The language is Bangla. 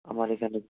আমার এখানে